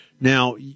Now